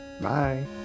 Bye